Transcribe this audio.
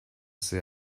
see